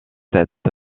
cette